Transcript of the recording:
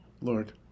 Lord